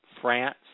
France